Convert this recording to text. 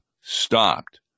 stopped